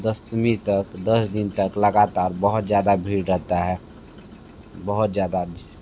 दसवीं तक दस दिन तक लगातार बहुत ज़्यादा भीड़ रहती है बहुत ज़्यादा